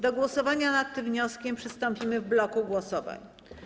Do głosowania nad tym wnioskiem przystąpimy w bloku głosowań.